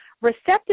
Receptive